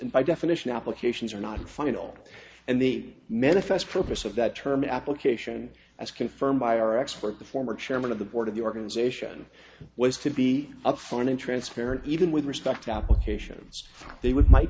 by definition applications are not final and the manifest purpose of that term application as confirmed by our expert the former chairman of the board of the organization was to be a fine and transparent even with respect to applications they would might